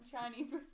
Chinese